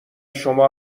شما